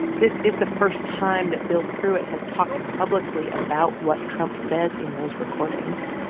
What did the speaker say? this is the first time that bill pruitt has talked publicly about what trump says in those recordings.